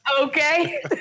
okay